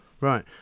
Right